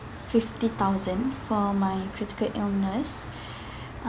fifty thousand for my critical illness